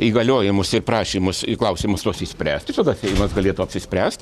įgaliojimus ir prašymus į klausimus tuos išspręsti tada seimas galėtų apsispręst